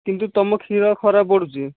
କିନ୍ତୁ ତୁମ କ୍ଷୀର ଖରାପ ପଡ଼ୁଛି